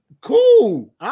Cool